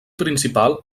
principal